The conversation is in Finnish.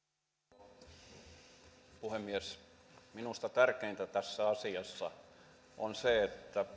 rouva puhemies minusta tärkeintä tässä asiassa on se